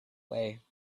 way